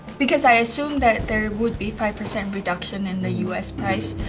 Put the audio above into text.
because i assume that there would be five percent reduction in the us price,